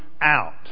out